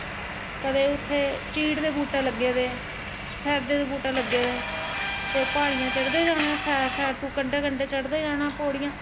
कंदे उ'त्थें चीड़ दे बूह्टे लग्गे दे शफेदे दे बूह्टे लग्गे दे ते प्हाड़ियां चढ़दे जाना साइड साइड तू कंढै कंढै चढ़दे जाना पौड़ियां